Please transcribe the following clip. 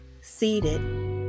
seated